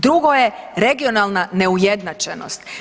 Drugo je regionalna neujednačenost.